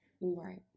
Right